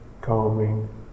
calming